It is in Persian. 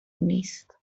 نیست